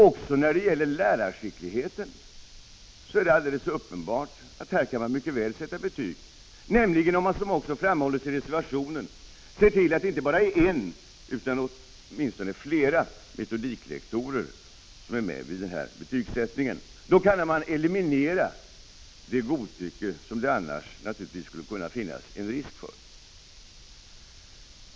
Också när det gäller lärarskickligheten är det alldeles uppenbart att man mycket väl kan sätta betyg, nämligen om man ser till att det inte bara är en utan flera metodiklektorer som är med vid betygsättningen, som framhålls i den moderata reservationen. Då kan det godtycke som det annars finns risk för elimineras.